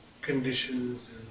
conditions